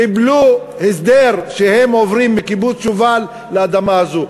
קיבלו הסדר שהם עוברים מקיבוץ שובל לאדמה הזו.